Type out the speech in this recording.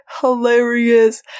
hilarious